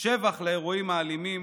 שבח לאירועים האלימים,